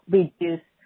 reduce